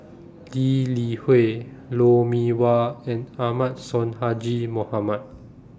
Lee Li Hui Lou Mee Wah and Ahmad Sonhadji Mohamad